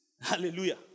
Hallelujah